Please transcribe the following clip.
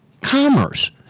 commerce